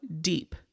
deep